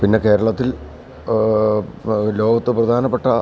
പിന്നെ കേരളത്തിൽ ലോകത്ത് പ്രധാനപ്പെട്ട